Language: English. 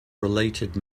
related